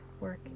work